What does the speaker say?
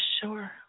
Sure